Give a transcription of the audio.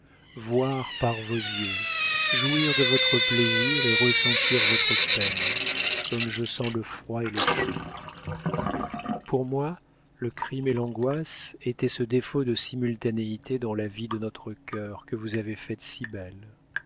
voir par vos yeux jouir de votre plaisir et ressentir votre peine comme je sens le froid et le chaud pour moi le crime et l'angoisse étaient ce défaut de simultanéité dans la vie de notre cœur que vous avez faite si belle